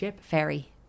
ferry